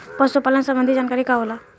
पशु पालन संबंधी जानकारी का होला?